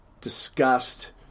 discussed